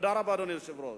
תודה רבה, אדוני היושב-ראש.